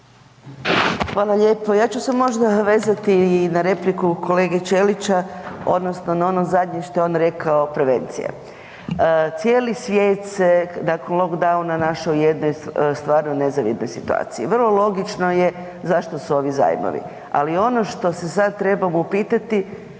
Hvala lijepo. Ja ću se možda vezati na repliku kolege Ćelića odnosno na ono zadnje što je on rekao prevencija. Cijeli svijet nakon lockdowna našao u jednoj stvarno nezavidnoj situaciji. Vrlo logično je zašto su ovi zajmovi, ali ono što se sada trebamo upitati